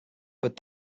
but